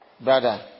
Brother